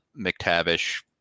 McTavish